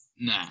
Nah